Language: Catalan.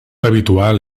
habitual